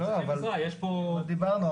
כבר דיברנו,